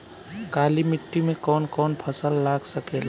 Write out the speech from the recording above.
काली मिट्टी मे कौन कौन फसल लाग सकेला?